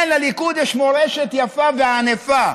כן, לליכוד יש מורשת יפה וענפה.